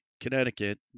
Connecticut